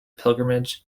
pilgrimage